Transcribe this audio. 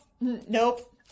nope